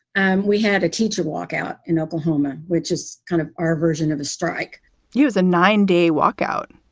and we had a teacher walkout in oklahoma, which is kind of our version of a strike use a nine day walkout.